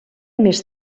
més